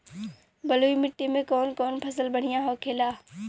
बलुई मिट्टी में कौन कौन फसल बढ़ियां होखेला?